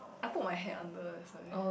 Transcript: I put my head under that's why